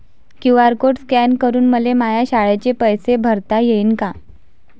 QR code scan करून मले माया शाळेचे पैसे भरता येईन का?